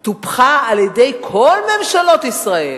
וטופחה על-ידי כל ממשלות ישראל.